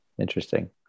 Interesting